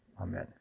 Amen